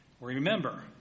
Remember